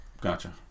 gotcha